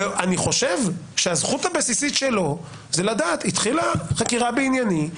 ואני חושב שהזכות הבסיסית שלו זה לדעת: התחילה חקירה בענייני,